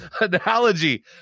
analogy